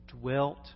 dwelt